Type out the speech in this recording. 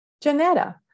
Janetta